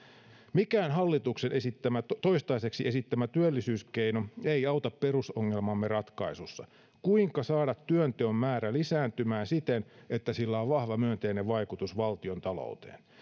mikään hallituksen toistaiseksi esittämä työllisyyskeino ei auta perusongelmamme ratkaisussa kuinka saada työnteon määrä lisääntymään siten että sillä on vahva myönteinen vaikutus valtiontalouteen